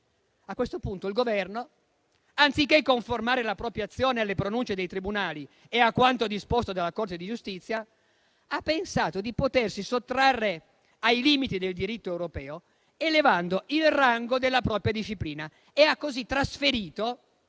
A questo punto il Governo, anziché conformare la propria azione alle pronunce dei tribunali e a quanto disposto dalla Corte di giustizia, ha pensato di potersi sottrarre ai limiti del diritto europeo elevando il rango della propria disciplina e ha così trasferito